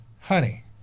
Honey